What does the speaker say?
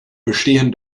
bestehen